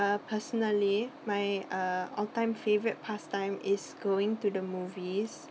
uh personally my uh all time favourite pastime is going to the movies